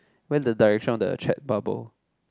where the direction of the chat bubble